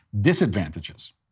disadvantages